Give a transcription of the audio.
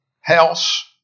house